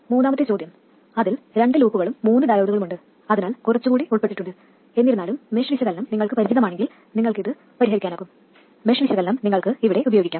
മൂന്നാമത്തെ ചോദ്യം അതിൽ രണ്ട് ലൂപ്പുകളും മൂന്ന് ഡയോഡുകളുമുണ്ട് അതിനാൽ കുറച്ചുകൂടി ഉൾപ്പെട്ടിട്ടുണ്ട് എന്നിരുന്നാലും മെഷ് വിശകലനം നിങ്ങൾക്ക് പരിചിതമാണെങ്കിൽ നിങ്ങൾക്കിത് പരിഹരിക്കാനാകും മെഷ് വിശകലനം നിങ്ങൾക്ക് ഇവിടെ ഉപയോഗിക്കാം